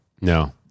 no